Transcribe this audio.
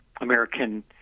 American